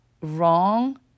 wrong